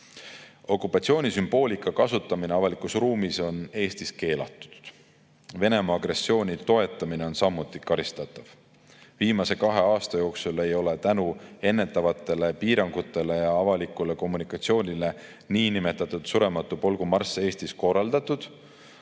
Okupatsiooni sümboolika kasutamine avalikus ruumis on Eestis keelatud. Venemaa agressiooni toetamine on samuti karistatav. Viimase kahe aasta jooksul ei ole tänu ennetavatele piirangutele ja avalikule kommunikatsioonile Surematu Polgu marsse Eestis korraldatud,